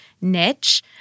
niche –